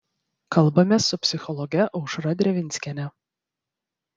kalbamės su psichologe aušra drevinskiene